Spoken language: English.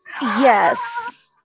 Yes